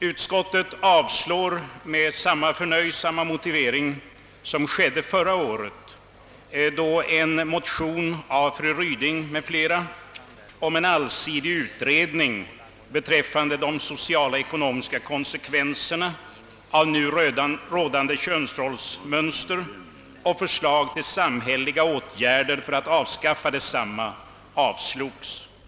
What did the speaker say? Utskottet avstyrker med samma förnöjsamma motivering som förra året, då en motion av fru Ryding m.fl. om en allsidig utredning beträffande de sociala och ekonomiska konsekvenserna av nu rådande könsrollsmönster och förslag till samhälleliga åtgärder för att avskaffa desamma avslogs av riksdagen.